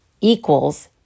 equals